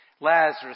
Lazarus